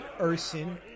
ursin